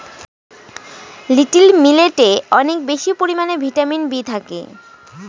little মিলেটে অনেক বেশি পরিমানে ভিটামিন বি থাকে